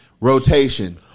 rotation